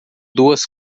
duas